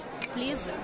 Please